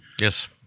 Yes